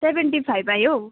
seventy five आयो